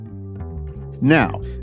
Now